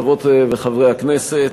חברות וחברי הכנסת,